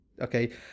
okay